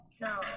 No